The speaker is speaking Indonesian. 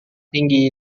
tinggi